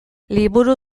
liburu